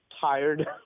tired